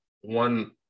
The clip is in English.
one